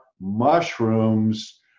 mushrooms